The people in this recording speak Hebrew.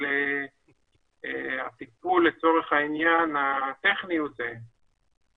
אבל הטיפול לצורך העניין הטכני הוא זהה.